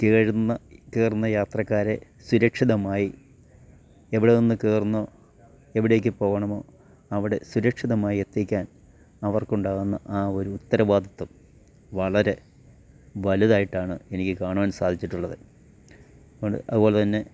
കയറുന്ന കയറുന്ന യാത്രക്കാരെ സുരക്ഷിതമായി എവിടെ നിന്ന് കയറുന്നോ എവിടേക്ക് പോകണമോ അവിടെ സുരക്ഷിതമായി എത്തിക്കാൻ അവർക്കുണ്ടാകുന്ന ആവൊരു ഉത്തരവാദിത്തം വളരെ വലുതായിട്ടാണ് എനിക്ക് കാണുവാൻ സാധിച്ചിട്ടുള്ളത് ഉണ്ട് അത്പോലെ തന്നെ